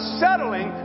settling